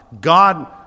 God